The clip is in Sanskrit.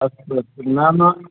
अस्तु अस्तु नाम